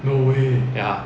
ya